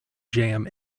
jam